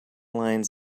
lines